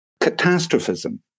catastrophism